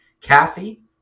Kathy